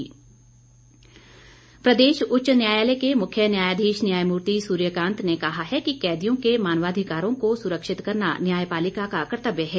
मानवाधिकार प्रदेश उच्च न्यायालय के मुख्य न्यायाधीश न्यायमूर्ति सूर्यकांत ने कहा है कि कैदियों के मानवाधिकारों को सुरक्षित करना न्यायपालिका का कर्तव्य है